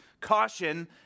caution